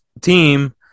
team